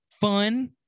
fun